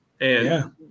And-